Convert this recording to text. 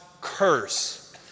curse